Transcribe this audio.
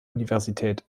universität